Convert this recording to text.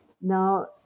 Now